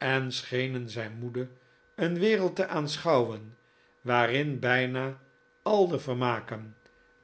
en schenen zij moede een wereld te aanschouwen waarin bijna al de vermaken